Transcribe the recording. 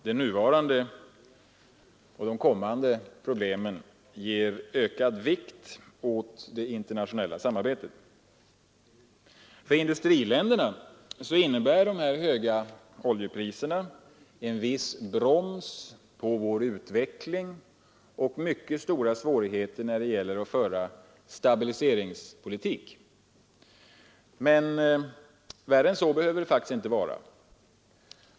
De nuvarande och de kommande problemen ger ökad vikt åt det internationella samarbetet. För industriländerna innebär de höga oljepriserna en viss broms på utvecklingen och mycket stora svårigheter när det gäller att föra stabiliseringspolitik. Men värre än så behöver det faktiskt inte vara.